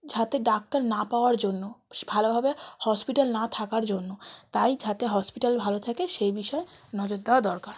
যাতে ডাক্তার না পাওয়ার জন্য ভালোভাবে হসপিটাল না থাকার জন্য তাই যাতে হসপিটাল ভালো থাকে সেই বিষয়ে নজর দেওয়া দরকার